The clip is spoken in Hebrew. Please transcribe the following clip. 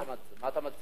מציע?